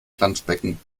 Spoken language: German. planschbecken